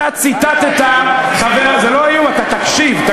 אתה ציטטת, זה לא איום, אתה תקשיב.